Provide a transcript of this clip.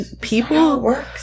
people